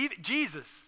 Jesus